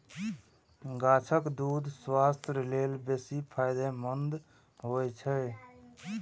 गाछक दूछ स्वास्थ्य लेल बेसी फायदेमंद होइ छै